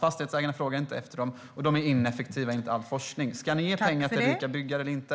Fastighetsägarna frågar inte efter dessa pengar, och de är enligt all forskning ineffektiva. Ska ni ge pengar till att öka byggandet eller inte?